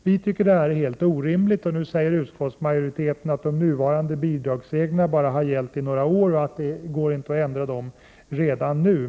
Vi tycker att det är helt orimligt. Nu säger utskottsmajoriteten att de nuvarande bidragsreglerna har gällt i Prot. 1988/89:104 bara några år och att det inte går att ändra dem redan nu.